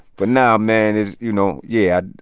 but now, man, it's, you know yeah.